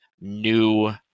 new